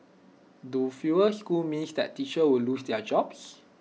do fewer schools mean that teachers will lose their jobs